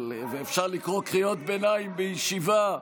ואפשר לקרוא קריאות ביניים בישיבה.